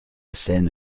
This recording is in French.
scène